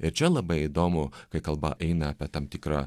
ir čia labai įdomu kai kalba eina apie tam tikrą